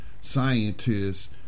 scientists